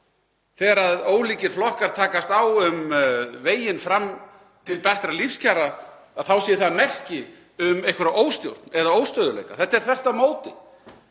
þegar ólíkir flokkar takast á um veginn fram til bættra lífskjara þá sé það merki um einhverja óstjórn eða óstöðugleika. Þetta er þvert á móti.